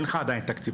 אין לך עדיין תקציב.